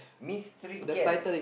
mystery guest